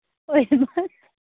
ꯑꯣꯏꯃꯥ